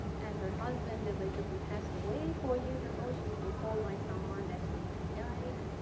and her husband allegedly passed away four years ago. she's been told by someone that he had died.